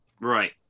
right